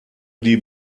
die